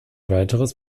weiteres